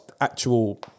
actual